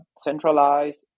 centralized